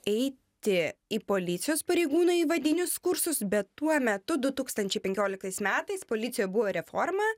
eiti į policijos pareigūnų įvadinius kursus bet tuo metu du tūkstančiai penkioliktais metais policijoj buvo reforma